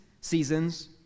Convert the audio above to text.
seasons